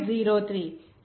03